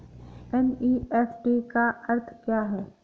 NEFT का अर्थ क्या है?